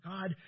God